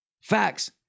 Facts